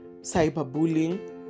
cyberbullying